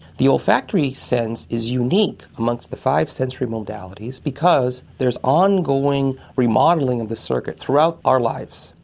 the olfactory sense is unique amongst the five sensory modalities because there's ongoing remodelling of the circuit throughout our lives,